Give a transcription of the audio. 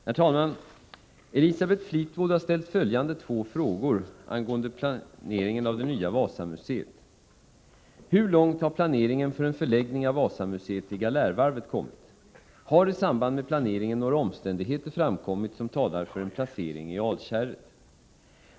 Herr talman! Elisabeth Fleetwood har ställt följande två frågor angående planeringen av det nya Wasamuseet: 1. Hur långt har planeringen för en förläggning av Wasamuseet till Galärvarvet kommit? 2. Harisamband med planeringen några omständigheter framkommit som talar för en placering i Alkärret?